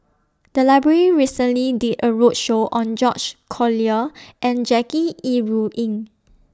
The Library recently did A roadshow on George Collyer and Jackie Yi Ru Ying